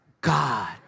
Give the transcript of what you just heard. God